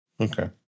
Okay